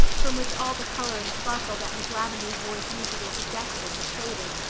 from which all the color and sparkle that miss lavendar's voice usually suggested had faded.